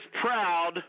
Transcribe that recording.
proud